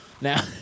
Now